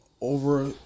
Over